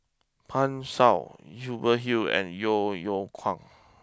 Pan Shou Hubert Hill and Yeo Yeow Kwang